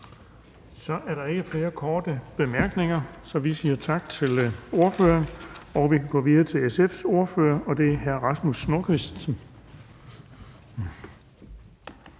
Der er ikke flere korte bemærkninger. Så vi siger tak til ordføreren, og vi kan gå videre til SF's ordfører, og det er hr. Rasmus Nordqvist.